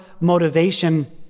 motivation